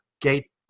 gate